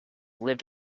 lived